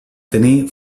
tenir